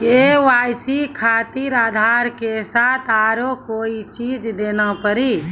KYC खातिर आधार के साथ औरों कोई चीज देना पड़ी?